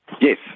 Yes